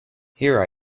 here